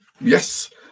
Yes